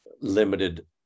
limited